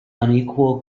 unequal